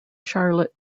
charlotte